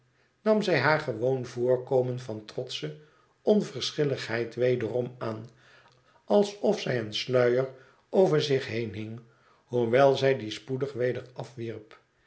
nam zij haar gewoon voorkomen van trotsche onverschilligheid wederom aan alsof zij een sluier over zich heen hing hoewel zij dien spoedig weder afwierp